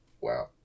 Wow